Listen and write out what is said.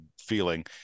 feeling